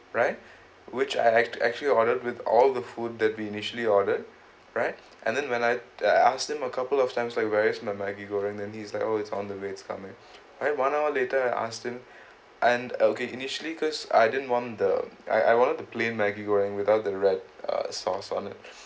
right which I act~ actually ordered with all the food that we initially ordered right and then when I asked him a couple of times like where's my maggi goreng then he's like oh it's on the way is coming I one hour later I asked him and okay initially cause I didn't want the I I wanted to plain maggi goreng without the red uh sauce on it